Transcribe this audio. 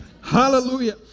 Hallelujah